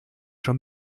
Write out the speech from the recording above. schon